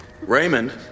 Raymond